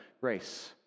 Grace